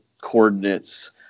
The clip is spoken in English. coordinates